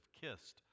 kissed